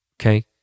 okay